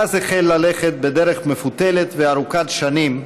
ואז החל ללכת בדרך מפותלת וארוכת שנים,